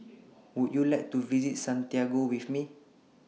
Would YOU like to visit Santiago with Me